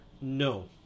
No